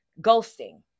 ghosting